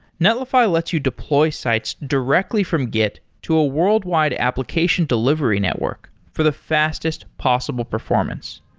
netlify lets you deploy sites directly from git to a worldwide application delivery network for the fastest possible performance.